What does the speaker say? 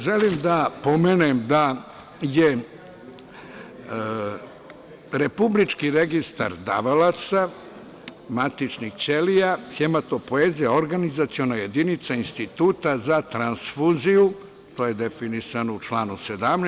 Želim da pomenem da je Republički registar davalaca matičnih ćelija, hematopoeza, organizaciona jedinica Instituta za transfuziju, to je definisano u članu 17.